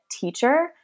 teacher